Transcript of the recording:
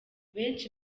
benshi